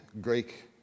Greek